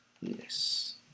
Yes